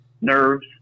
nerves